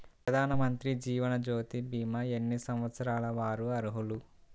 ప్రధానమంత్రి జీవనజ్యోతి భీమా ఎన్ని సంవత్సరాల వారు అర్హులు?